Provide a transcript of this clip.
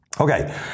Okay